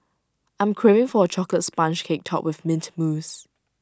I am craving for A Chocolate Sponge Cake Topped with Mint Mousse